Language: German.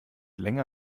länger